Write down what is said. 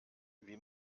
wie